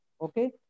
Okay